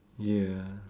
ya